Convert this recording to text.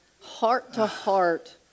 heart-to-heart